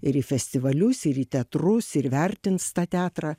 ir į festivalius ir į teatrus ir vertins tą teatrą